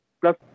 Plus